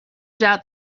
doubt